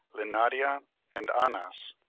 linaria, and anas.